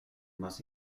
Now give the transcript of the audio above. más